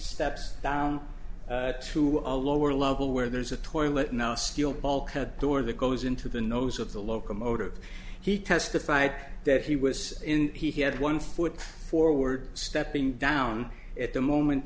steps down to a lower level where there's a toilet now steel bulkhead door that goes into the nose of the locomotive he testified that he was in he had one foot forward stepping down at the moment